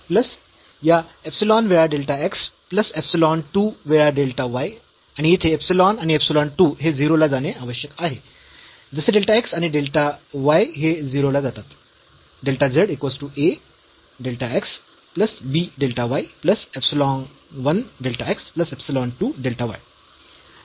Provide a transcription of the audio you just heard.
plus या epsilon वेळा delta x plus epsilon 2 वेळा डेल्टा y आणि येथे इप्सिलॉन आणि इप्सिलॉन 2 हे 0 ला जाणे आवश्यक आहे जसे डेल्टा x आणि डेल्टा y हे 0 ला जातात